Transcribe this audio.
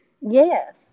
Yes